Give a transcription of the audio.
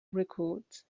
records